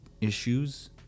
issues